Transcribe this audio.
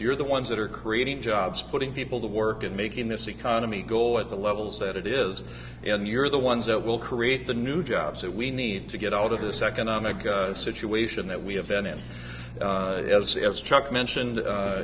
you're the ones that are creating jobs putting people to work and making this economy go at the levels that it is in you're the ones that will create the new jobs that we need to get out of this economic situation that we have been in as chuck mentioned